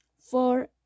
four